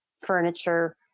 furniture